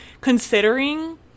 considering